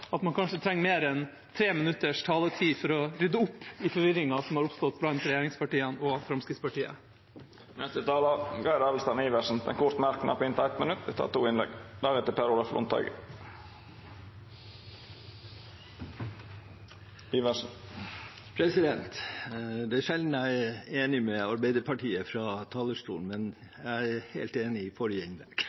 at man kanskje trenger mer enn tre minutters taletid for å rydde opp i forvirringen som har oppstått blant regjeringspartiene og Fremskrittspartiet. Representanten Geir Adelsten Iversen har hatt ordet to gonger tidlegare og får ordet til ein kort merknad, avgrensa til 1 minutt. Det er sjelden jeg er enig med Arbeiderpartiet fra talerstolen, men jeg er helt enig i det som ble sagt i forrige